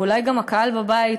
ואולי גם הקהל בבית,